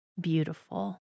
beautiful